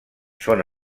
són